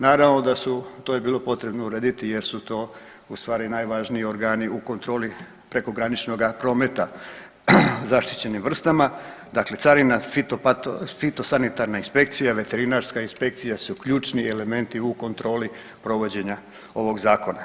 Naravno da je to bilo potrebno urediti, jer su to u stvari najvažniji organi u kontroli prekograničnoga prometa zaštićenim vrstama, dakle carina, fitosanitarna inspekcija, veterinarska inspekcija su ključni elementi u kontroli provođenja ovog zakona.